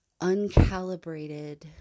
uncalibrated